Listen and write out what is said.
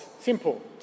Simple